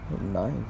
Nice